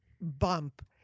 bump